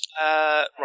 right